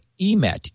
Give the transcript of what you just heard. EMET